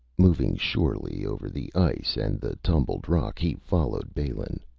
moving surely over the ice and the tumbled rock, he followed balin.